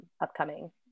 upcoming